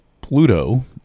Pluto